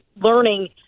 learning